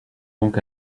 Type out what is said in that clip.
donc